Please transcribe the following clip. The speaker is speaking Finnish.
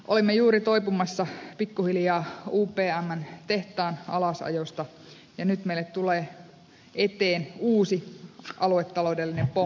olemme juuri toipumassa pikku hiljaa upmn tehtaan alasajosta ja nyt meille tulee eteen uusi aluetaloudellinen pommi